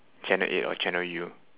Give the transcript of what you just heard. channel eight or channel U